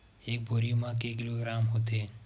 एक बोरी म के किलोग्राम होथे?